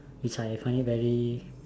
which find it very